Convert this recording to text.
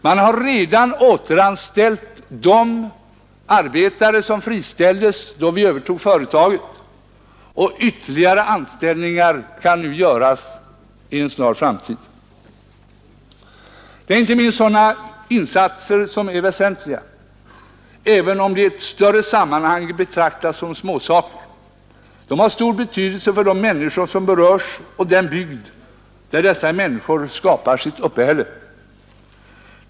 Man har redan återanställt de arbetare som friställdes då vi övertog företaget, och ytterligare anställningar kan göras i en snar framtid. Det är inte minst sådana insatser som är väsentliga, även om de i ett större sammanhang kan betraktas som småsaker. De har stor betydelse för de människor som berörs och för den bygd där dessa människor skapar sitt uppehälle.